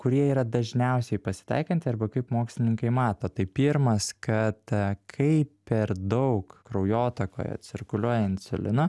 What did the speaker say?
kurie yra dažniausiai pasitaikanti arba kaip mokslininkai mato tai pirmas kad kai per daug kraujotakoje cirkuliuoja insulino